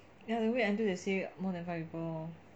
ya have to wait until they say more than five people lor